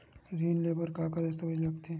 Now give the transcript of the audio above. ऋण ले बर का का दस्तावेज लगथे?